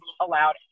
allowed